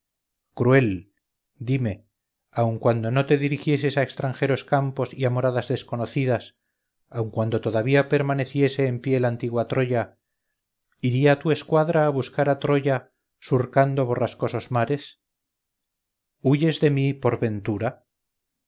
cruel dime aun cuando no te dirigieses a extranjeros campos y a moradas desconocidas aun cuando todavía permaneciese en pie la antigua troya iría tu escuadra a buscar a troya surcando borrascosos mares huyes de mí por ventura